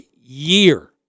year